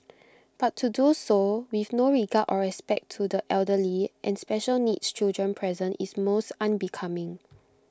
but to do so with no regard or respect to the elderly and special needs children present is most unbecoming